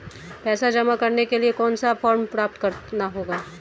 पैसा जमा करने के लिए कौन सा फॉर्म प्राप्त करना होगा?